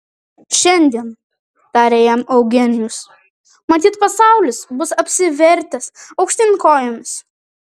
šiandien tarė jam eugenijus matyt pasaulis bus apsivertęs aukštyn kojomis